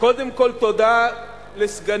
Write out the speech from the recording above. קודם כול, תודה לסגני,